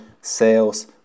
sales